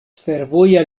fervoja